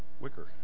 Wicker